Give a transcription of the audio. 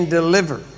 deliver